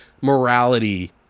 morality